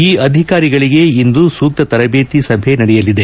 ಈ ಅಧಿಕಾರಿಗಳಿಗೆ ಇಂದು ಸೂಕ್ತ ತರಬೇತಿ ಸಭೆ ನಡೆಯಲಿದೆ